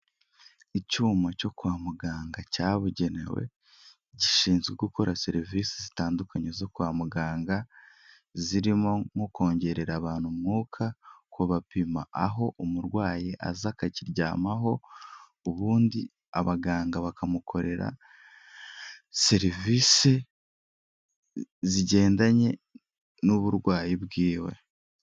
Icyuma cyo kwa muganga cyabugenewe, gishinzwe gukora serivise zitandukanye zo kwa muganga, zirimo nko kongerera abantu umwuka, kubapima aho umurwayi aza akakiryamaho, ubundi abaganga bakamukorera serivise zigendanye n'uburwayi bwiwe.